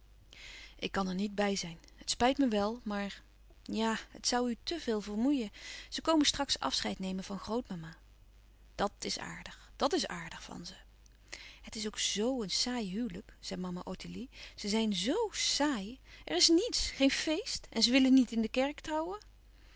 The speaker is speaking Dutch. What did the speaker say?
ik kan er niet bij zijn het spijt me wèl maar ja het zoû u te veel vermoeien ze komen straks afscheid nemen van grootmama dat is aardig dat is aardig van ze het is ook zoo een saai huwelijk zei mama ottilie ze zijn zoo saai er is niets geen feest ze willen niet in de kerk trouwen